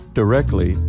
directly